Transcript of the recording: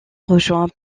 rejoint